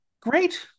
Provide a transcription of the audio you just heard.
great